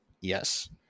Yes